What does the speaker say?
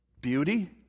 Beauty